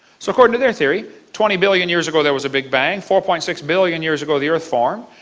so according to their theory, twenty billion years ago there was a big bang. four point six billion years ago the earth formed.